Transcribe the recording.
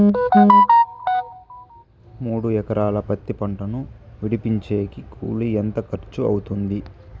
మూడు ఎకరాలు పత్తి పంటను విడిపించేకి కూలి ఎంత ఖర్చు అవుతుంది?